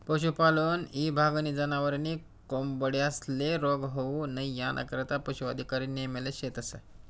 पशुपालन ईभागनी जनावरे नी कोंबड्यांस्ले रोग होऊ नई यानाकरता पशू अधिकारी नेमेल शेतस